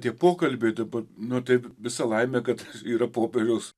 tie pokalbiai dabar nu taip visa laimė kad yra popiežiaus